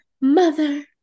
mother